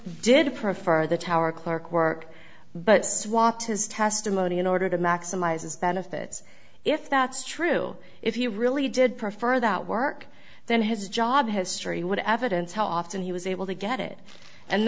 did prefer the tower clerk work but swap his testimony in order to maximize his benefits if that's true if he really did prefer that work then his job history would evidence how often he was able to get it and